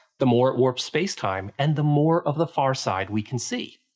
the more it warps space-time, and the more of the far side we can see!